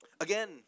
Again